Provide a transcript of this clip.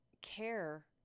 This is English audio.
care